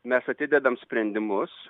mes atidedam sprendimus